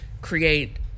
create